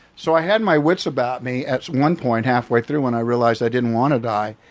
so i had my wits about me at one point, halfway through when i realized i didn't want to die,